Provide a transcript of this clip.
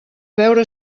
veure